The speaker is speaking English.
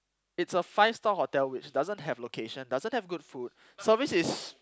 it's a five star hotel which doesn't have location doesn't have good food service is